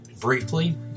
briefly